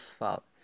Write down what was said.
fala